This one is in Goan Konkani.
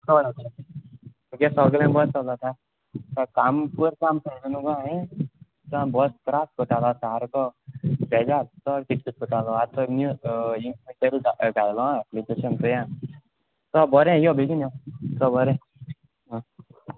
तुगे सोगलें बोर चोलोता काम पोर काम सोळ्ळो न्हू गो हांयें तो बॉस त्रास कोतालो सारको तेज्या चोड कीट कीट कोतालो आतां न्यू घा घायलो हांय एप्लिकेशन चोया च बरें यो बेगीन यो च बरें आ